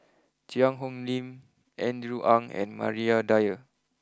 Cheang Hong Lim Andrew Ang and Maria Dyer